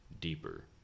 deeper